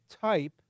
type